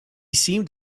seemed